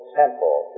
temple